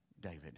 David